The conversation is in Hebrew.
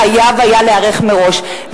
חייבים היו להיערך מראש.